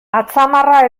atzamarra